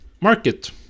market